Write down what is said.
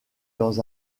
dans